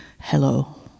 hello